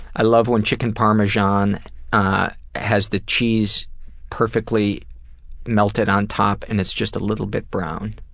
i love when chicken parmigiana ah has the cheese perfectly melted on top and it's just a little bit brown.